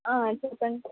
చెప్పండి